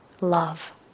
love